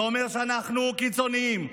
ואומר שאנחנו קיצוניים.